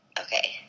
Okay